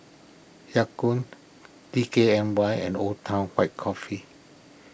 Ya Kun D K N Y and Old Town White Coffee